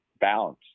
balance